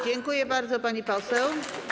Dziękuję bardzo, pani poseł.